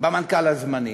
המנכ"ל הזמני.